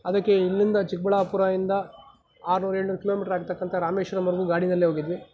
ಅದಕ್ಕೆ ಇಲ್ಲಿಂದ ಚಿಕ್ಕಬಳ್ಳಾಪುರಾಯಿಂದ ಆರುನೂರು ಏಳುನೂರು ಕಿಲೊಮೀಟರ್ ಆಗತಕ್ಕಂಥ ರಾಮೇಶ್ವರಮ್ವರೆಗೂ ಗಾಡಿಯಲ್ಲೇ ಹೋಗಿದ್ವಿ